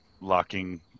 locking